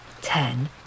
ten